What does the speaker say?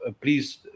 please